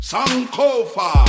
Sankofa